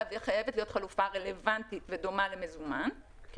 כי חייבת להיות חלופה רלוונטית ודומה למזומן כי